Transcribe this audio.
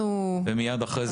חבר הכנסת אברהם